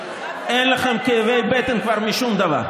כבר אין לכם כאבי בטן משום דבר.